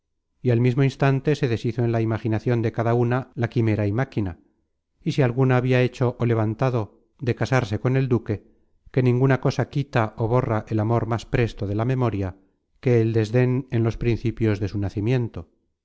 y al mismo instante se deshizo en la imaginacion de cada una la quimera y máquina si alguna habia hecho ó levantado de casarse con el duque que ninguna cosa quita ó borra el amor más presto de la memoria que el desden en los principios de su nacimiento